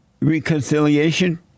Reconciliation